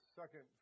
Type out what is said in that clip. second